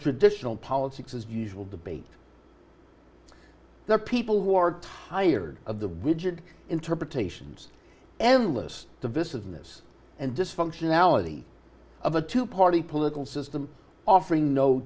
traditional politics as usual debate there are people who are tired of the widget interpretations evillest to business and dysfunctionality of a two party political system offering no